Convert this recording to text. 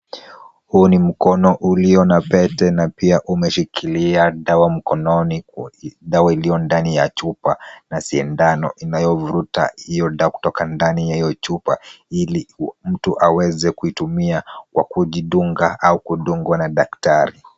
Huu ni mkono ulio na pete na pia umeshikilia dawa mkononi. Dawa iliyo ndani ya chupa na sindano inayovuruta hiyo dawa kutoka ndani ya hiyo chupa ili mtu aweze kuitumia kwa kujidunga au kudungwa na daktari.